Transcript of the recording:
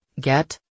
Get